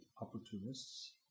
opportunists